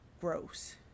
Gross